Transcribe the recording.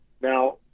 Now